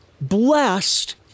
blessed